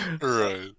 Right